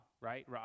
right